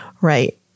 right